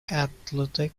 athletic